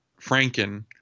Franken